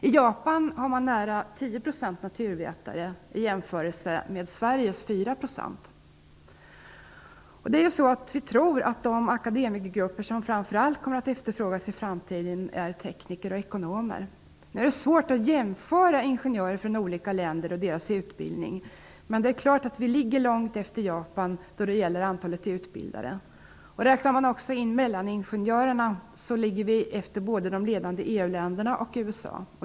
I Japan är det närmare 10 % naturvetare, att jämföra med Sveriges 4 %. Vi tror att de akademikergrupper som framför allt kommer att efterfrågas i framtiden är tekniker och ekonomer. Det är svårt att jämföra med ingenjörer från olika länder och deras utbildning. Men vi ligger helt klart långt efter Japan då det gäller antalet utbildade. Räknas också mellaningenjörerna in ligger vi efter både de ledande EU-länderna och USA.